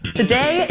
today